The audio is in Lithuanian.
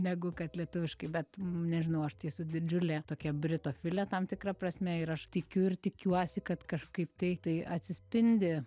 negu kad lietuviškai bet nežinau aš tai esu didžiulė tokia britofilė tam tikra prasme ir aš tikiu ir tikiuosi kad kažkaip tai tai atsispindi